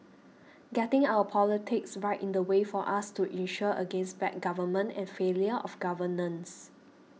getting our politics right is the way for us to insure against bad government and failure of governance